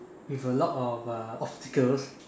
with a lot of uh obstacles